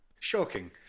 Shocking